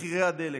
מחירי הדלק.